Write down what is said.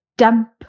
dump